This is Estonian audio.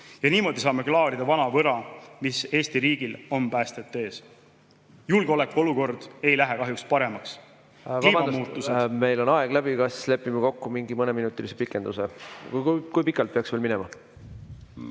Ja niimoodi saame klaarida vana võla, mis Eesti riigil on päästjate ees. Julgeolekuolukord ei lähe kahjuks paremaks. Ma vabandan! Meil on aeg läbi. Kas lepime kokku mingi mõneminutilise pikenduse? Kui pikalt peaks veel minema?